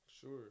Sure